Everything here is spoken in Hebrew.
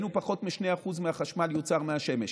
פחות מ-2% מהחשמל יוצר מהשמש.